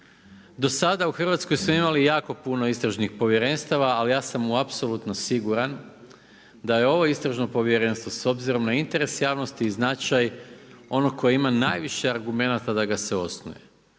Do sada u Hrvatskoj smo imali jako puno istražnih povjerenstava ali ja sam apsolutno siguran da je ovo istražno povjerenstvo s obzirom na interes javnosti i značaj ono koje ima najviše argumenata da ga se osnuje.